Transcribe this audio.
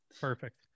Perfect